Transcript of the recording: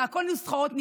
זה הכול נוסחאות.